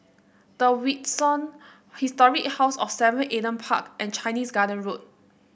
The Windsor Historic House of Seven Adam Park and Chinese Garden Road